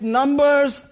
numbers